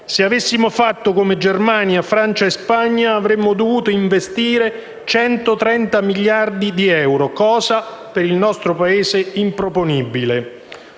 Se avessimo fatto come Germania, Francia e Spagna, avremmo dovuto investire 130 miliardi di euro, cosa improponibile